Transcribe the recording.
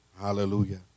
Hallelujah